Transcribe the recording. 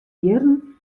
jierren